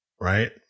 right